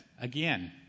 again